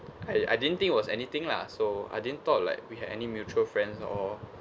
I I didn't think it was anything lah so I didn't thought like we had any mutual friends or